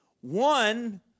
One